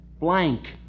Blank